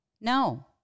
No